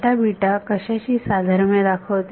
तर हे कशाशी साधर्म्य दाखवते